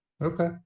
Okay